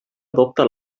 adopta